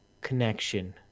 connection